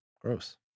gross